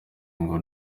ngo